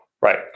right